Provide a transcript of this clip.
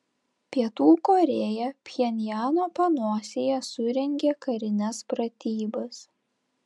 pietų korėja pchenjano panosėje surengė karines pratybas